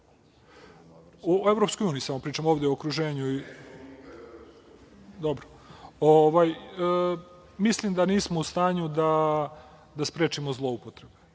EU samo pričam, o okruženju. Mislim da nismo u stanju da sprečimo zloupotrebe